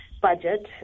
budget